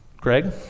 Greg